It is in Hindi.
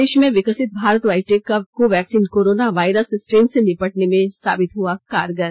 देश में विकसित भारत बायोटेक का कोवैक्सीन कोरोना वायरस स्ट्रेन से निपटने में साबित हुआ कारगर